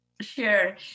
Sure